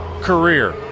career